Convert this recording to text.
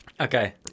Okay